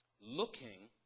Looking